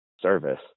service